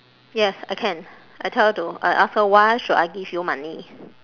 yes I can I tell her to I ask her why should I give you money